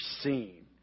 seen